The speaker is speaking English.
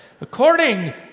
according